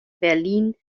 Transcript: berlin